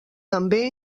també